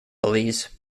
belize